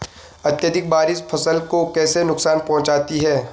अत्यधिक बारिश फसल को कैसे नुकसान पहुंचाती है?